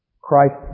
Christ